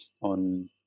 on